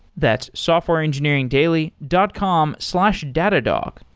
that's softwareengineeringdaily dot com slash datadog.